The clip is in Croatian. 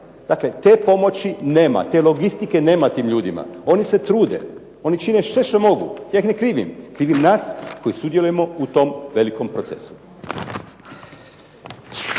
Dakle, te pomoći nema, te logistike nema tim ljudima. Oni se trude. Oni čine sve što mogu, ja ih ne krivim. Krivim nas koji sudjelujemo u tom velikom procesu.